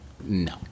No